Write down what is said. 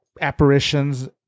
apparitions